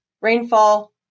rainfall